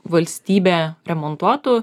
valstybė remontuotų